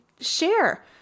Share